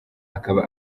aba